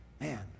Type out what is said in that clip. man